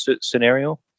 scenario